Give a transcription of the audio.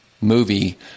movie